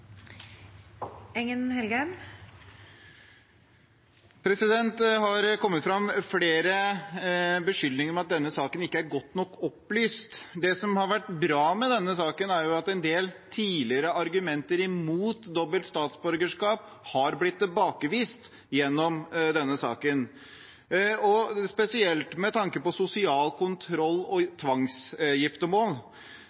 godt nok opplyst. Det som har vært bra med denne saken, er at en del tidligere argumenter imot dobbelt statsborgerskap har blitt tilbakevist gjennom denne saken. Og med tanke på sosial kontroll og